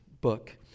book